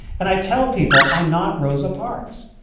and i tell people, i'm not rosa parks.